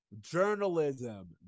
journalism